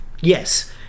yes